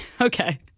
Okay